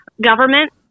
government